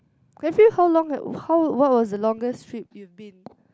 have you how long had how what was the longest trip you've been